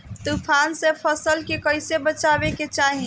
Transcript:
तुफान से फसल के कइसे बचावे के चाहीं?